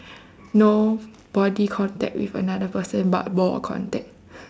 no body contact with another person but ball contact